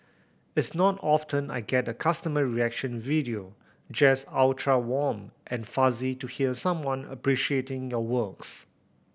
it's not often I get a customer reaction video just ultra warm and fuzzy to hear someone appreciating your works